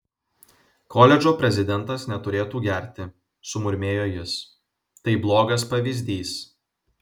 koledžo prezidentas neturėtų gerti sumurmėjo jis tai blogas pavyzdys